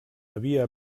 havia